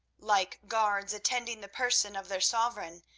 like guards attending the person of their sovereign,